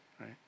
right